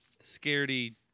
Scaredy